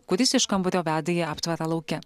kuris iš kambario veda į aptvarą lauke